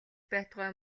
байтугай